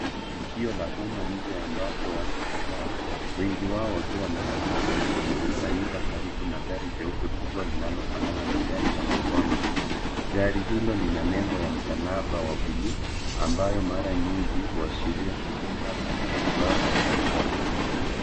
Tukio la umma nje ambapo watu kadhaa wengi wao wakiwa wamevalia suti wamekusanyika karibu na gari jeupe kubwa lenye linalofanana na gari la wagonjwa. Gari hilo lina nembo la msalaba wa buluu ambayo mara nyingi huashiria huduma za matibabu au afya.